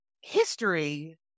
History